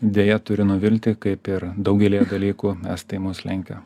deja turiu nuvilti kaip ir daugelyje dalykų estai mus lenkia